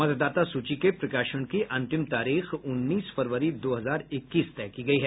मतदाता सूची के प्रकाशन की अंतिम तारीख उन्नीस फरवरी दो हजार इक्कीस तय की गई है